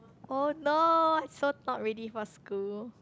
oh no so not ready for school